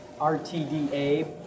RTDA